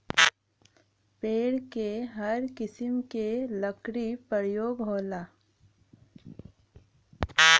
पेड़ क हर किसिम के लकड़ी परयोग होला